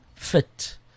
fit